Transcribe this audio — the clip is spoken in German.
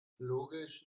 logisch